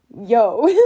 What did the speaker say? yo